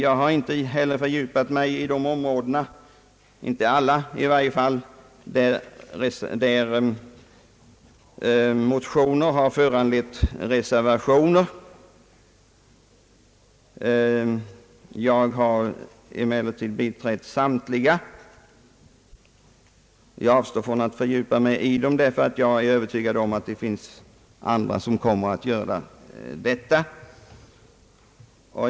Jag har inte heller fördjupat mig i alla de ämnesområden där motioner har föranlett reservationer. Jag har emellertid biträtt samtliga reservationer. Jag avstår från att närmare gå in på dem, därför att jag är övertygad om att andra ledamöter av denna kammare kommer att göra det.